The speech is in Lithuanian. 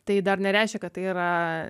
tai dar nereiškia kad tai yra